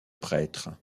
prêtre